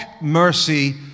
mercy